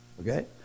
Okay